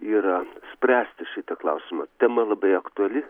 yra spręsti šitą klausimą tema labai aktuali